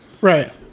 Right